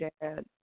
dad